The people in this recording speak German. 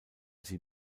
sie